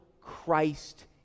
Christ